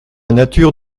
nature